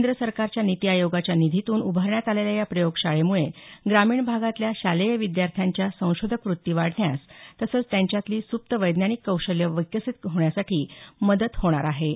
केंद्र सरकारच्या निती आयोगाच्या निधीतून उभारण्यात आलेल्या या प्रयोगशाळेम्ळे ग्रामीण भागातल्या शालेय विद्यार्थ्यांच्या संशोधक व्त्ती वाढण्यास तसंच त्यांच्यातली सुप्त वैज्ञानिक कौशल्यं विकसित होण्यासाठी मदत होणार आहे